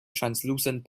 translucent